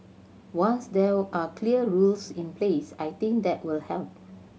once there are clear rules in place I think that will help